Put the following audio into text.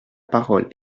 parole